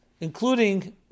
including